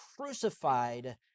crucified